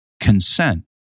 consent